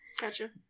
Gotcha